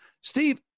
Steve